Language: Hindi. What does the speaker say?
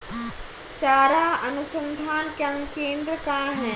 चारा अनुसंधान केंद्र कहाँ है?